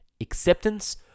Acceptance